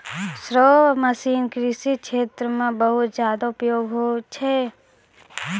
spray machine कृषि क्षेत्र म बहुत जादा उपयोगी होय छै